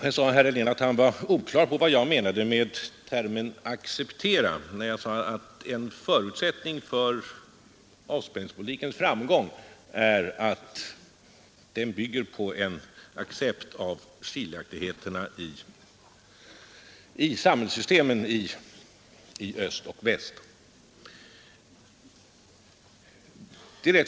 Sedan sade herr Helén att han var oklar över vad jag menade med termen ”acceptera” när jag sade att en förutsättning för avspänningspolitikens framgång är att den bygger på en accept av skiljaktigheterna i samhällssystemen i öst och väst.